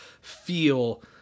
feel